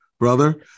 Brother